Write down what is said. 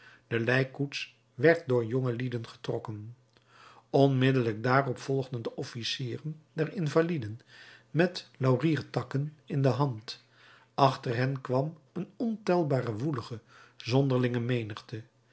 de lijkkoets werd door jongelieden getrokken onmiddellijk daarop volgden de officieren der invaliden met lauriertakken in de hand achter hen kwam een ontelbare woelige zonderlinge menigte